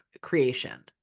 creation